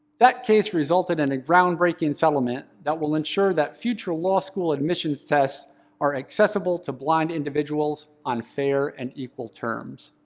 that case resulted in a groundbreaking settlement that will ensure that future law school admissions tests are accessible to blind individuals on fair and equal terms.